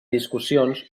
discussions